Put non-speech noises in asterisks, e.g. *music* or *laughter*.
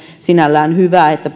sinällään hyvä että *unintelligible*